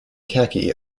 khaki